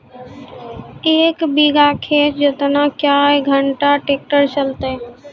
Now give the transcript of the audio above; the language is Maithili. एक बीघा खेत जोतना क्या घंटा ट्रैक्टर चलते?